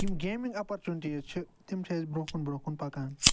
یِم gaming opportunities چھِ تِم چھِ اَسہِ برٛونٛہہ کُن برٛونٛہہ کُن پکان